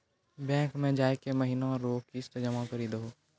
bank मे जाय के महीना रो किस्त जमा करी दहो